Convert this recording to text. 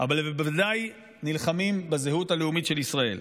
הם בוודאי נלחמים בזהות הלאומית של ישראל.